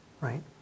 right